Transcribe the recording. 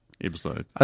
episode